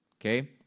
Okay